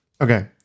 Okay